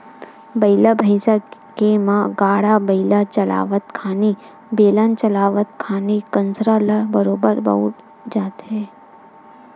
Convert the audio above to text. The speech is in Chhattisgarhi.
बइला भइसा के म गाड़ा बइला चलावत खानी, बेलन चलावत खानी कांसरा ल बरोबर बउरे जाथे